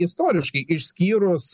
istoriškai išskyrus